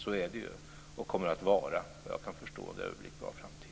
Så är det och så kommer det, såvitt jag förstår, att vara under överblickbar framtid.